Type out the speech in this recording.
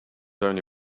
only